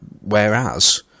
whereas